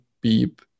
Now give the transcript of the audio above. beep